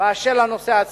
באשר לנושא עצמו,